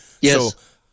yes